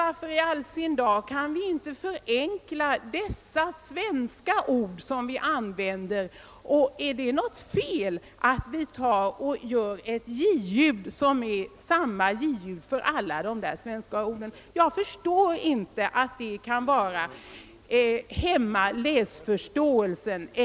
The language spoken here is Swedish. Varför i all världen kan vi då inte förenkla stavningen av de svenska ord som vi använder? Är det något fel att stava j-ljudet på samma sätt i alla svenska ord? Jag förstår inte att det skulle kunna hämma läsförståelsen.